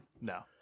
No